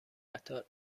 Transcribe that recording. قطار